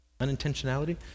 Unintentionality